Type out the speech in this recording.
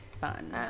fun